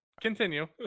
continue